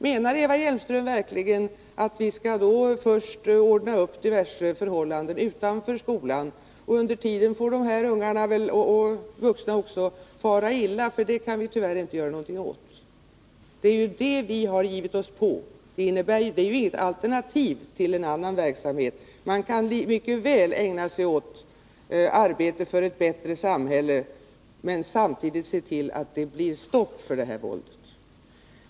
Menar Eva Hjelmström verkligen att vi då först skall ordna upp diverse förhållanden utanför skolan och låta dessa ungdomar och vuxna under tiden fara illa, eftersom vi tyvärr inte kan göra något åt det? Det är detta vi har gett oss på. Det är inte här fråga om något alternativ till annan verksamhet. Man kan mycket väl ägna sig åt att arbeta för ett bättre samhälle men samtidigt se till att det blir stopp för detta våld.